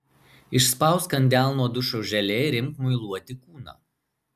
išspausk ant delno dušo želė ir imk muiluoti kūną